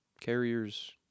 carriers